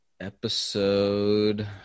episode